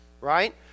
right